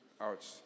Ouch